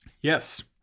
Yes